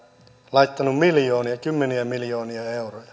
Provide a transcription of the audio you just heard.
laittanut miljoonia kymmeniä miljoonia euroja